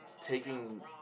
taking